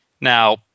Now